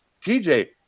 TJ